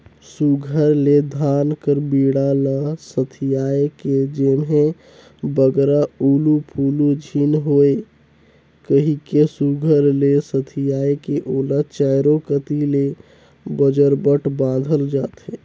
सुग्घर ले धान कर बीड़ा ल सथियाए के जेम्हे बगरा उलु फुलु झिन होए कहिके सुघर ले सथियाए के ओला चाएरो कती ले बजरबट बाधल जाथे